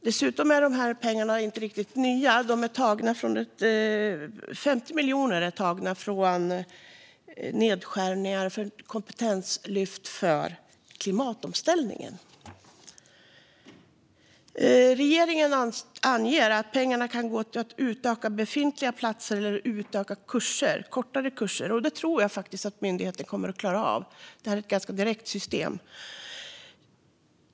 Dessutom är de här pengarna inte nya - 50 miljoner kommer från en nedskärning på kompetenslyft för klimatomställningen. Regeringen anger att pengarna kan gå till att utöka befintliga platser eller att utöka korta kurser. Det tror jag faktiskt att myndigheten kommer att klara av. Det här är ett ganska direkt system.